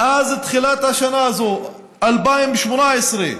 מאז תחילת השנה הזאת, 2018,